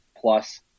plus